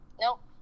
Nope